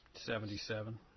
Seventy-seven